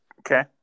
Okay